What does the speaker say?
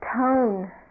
tone